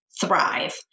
thrive